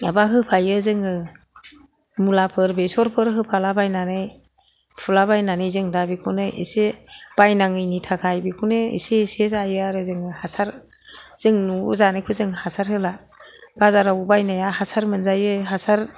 माबा होफायो जोङो मुलाफोर बेसरफोर होफाला बायनानै फुला बायनानै जों दा बेखौनो एसे बायनाङैनि थाखाय बेखौनो एसे एसे जायो आरो जोङो हासार जों न'आव जानायखौ हासार होला बाजाराव बायनाया हासार मोनजायो हासार